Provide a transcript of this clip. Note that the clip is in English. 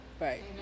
Right